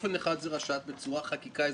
אופן אחד זה רש"ת, בצורת חקיקה אזרחית,